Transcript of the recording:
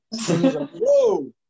Whoa